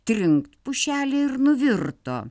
trinkt pušelė ir nuvirto